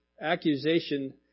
accusation